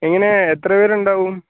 എങ്ങനെ എത്ര പേരുണ്ടാവും